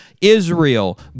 Israel